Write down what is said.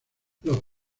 los